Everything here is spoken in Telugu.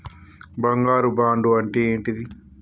బంగారు బాండు అంటే ఏంటిది?